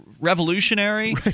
Revolutionary